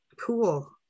cool